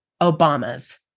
Obama's